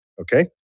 Okay